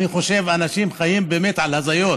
אני חושב שאנשים חיים על הזיות,